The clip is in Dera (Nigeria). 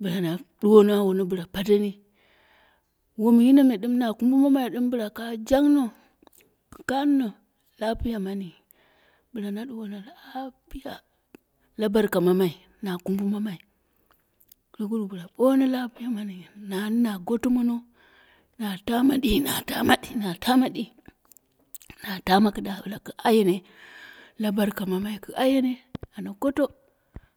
bɨla na du wono awono bɨla pateni, wom yino mo dɨn na kumbumamai bɨla ka jungno kanno lapiya mani, bɨla na ɗuwono lapiya, la barka mamai na kumbumamai puroguruwu bɨla ɓono lapiya mani nani na gotomone na tama ɗi na tama ɗi na tama ɗi na tama kɨda bɨla ku ayene la barka mamai ka ayene ana goto